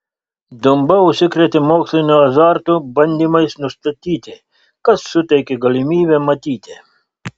dumba užsikrėtė moksliniu azartu bandymais nustatyti kas suteikė galimybę matyti